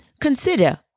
consider